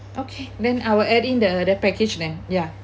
okay then I will add in the the package then ya